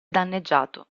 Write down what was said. danneggiato